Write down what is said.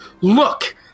look